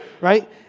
right